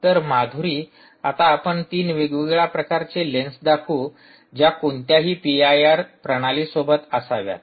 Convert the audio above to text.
तर माधुरी आता आपण तीन वेगवेगळ्या प्रकारच्या लेन्स दाखवू ज्या कोणत्याही पी आय आर प्रणाली सोबत असाव्यात